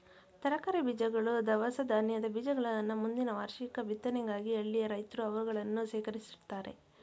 ತರಕಾರಿ ಬೀಜಗಳು, ದವಸ ಧಾನ್ಯದ ಬೀಜಗಳನ್ನ ಮುಂದಿನ ವಾರ್ಷಿಕ ಬಿತ್ತನೆಗಾಗಿ ಹಳ್ಳಿಯ ರೈತ್ರು ಅವುಗಳನ್ನು ಶೇಖರಿಸಿಡ್ತರೆ